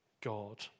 God